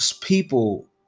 people